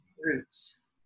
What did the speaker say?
roots